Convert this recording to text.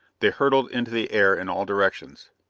they hurtled into the air in all directions.